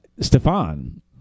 Stefan